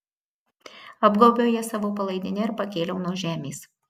apgaubiau ją savo palaidine ir pakėliau nuo žemės